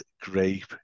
grape